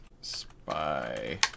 spy